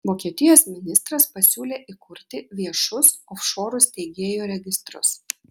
vokietijos ministras pasiūlė įkurti viešus ofšorų steigėjų registrus